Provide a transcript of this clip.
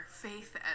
faith